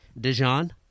Dijon